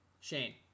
Shane